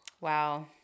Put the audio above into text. Wow